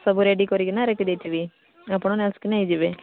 ସବୁ ରେଡ଼ି କରିକିନା ରଖି ଦେଇଥିବି ଆପଣ ଆସିକି ନେଇଯିବେ